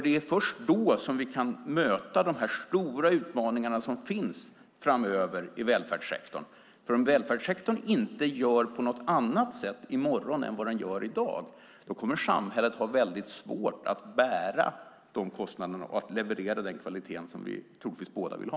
Det är först då som vi kan möta de stora utmaningar som finns framöver i välfärdssektorn. Om välfärdssektorn inte gör på något annat sätt i morgon än vad den gör i dag kommer samhället att ha mycket svårt att bära kostnaderna och leverera den kvalitet som vi båda troligtvis vill ha.